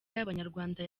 y’abanyarwanda